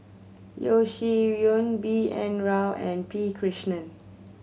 Yeo Shih Yun B N Rao and P Krishnan